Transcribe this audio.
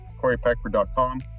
coreypeckford.com